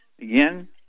again